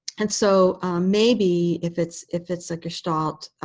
and so maybe if it's if it's a gestalt,